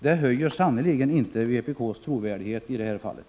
Det ökar sannerligen inte vpk:s trovärdighet i det här fallet.